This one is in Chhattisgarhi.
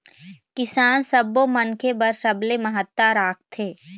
किसान सब्बो मनखे बर सबले महत्ता राखथे